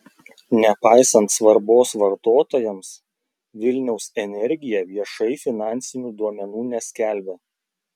nepaisant svarbos vartotojams vilniaus energija viešai finansinių duomenų neskelbia